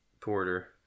porter